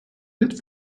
wird